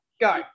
Go